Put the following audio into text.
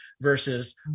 versus